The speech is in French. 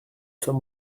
sommes